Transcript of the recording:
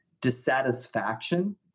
dissatisfaction